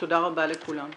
תודה רבה לכולם.